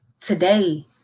today